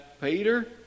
Peter